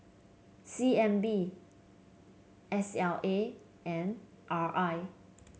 C N B S L A and R I